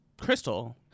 Crystal